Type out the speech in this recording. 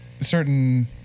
certain